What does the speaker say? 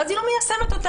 ואז היא לא מיישמת אותן.